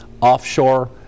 offshore